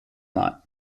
lot